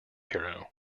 hero